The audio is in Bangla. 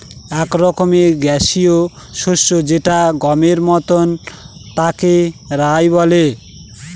এক রকমের গ্যাসীয় শস্য যেটা গমের মতন তাকে রায় বলে